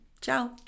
Ciao